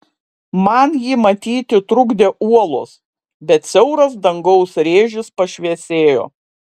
man jį matyti trukdė uolos bet siauras dangaus rėžis pašviesėjo